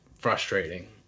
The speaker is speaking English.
frustrating